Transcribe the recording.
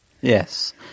Yes